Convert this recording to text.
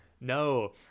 No